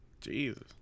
Jesus